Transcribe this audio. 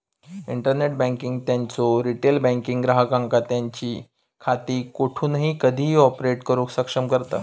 internet banking त्यांचो retail banking ग्राहकांका त्यांची खाती कोठूनही कधीही ऑपरेट करुक सक्षम करता